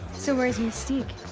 so where's mystique?